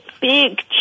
big